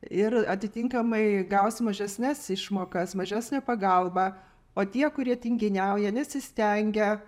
ir atitinkamai gaus mažesnes išmokas mažesnę pagalbą o tie kurie tinginiauja nesistengia